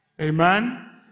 Amen